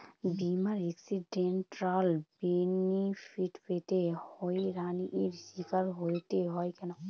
বিমার accidental benefit পেতে হয়রানির স্বীকার হতে হয় কেন?